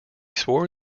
swore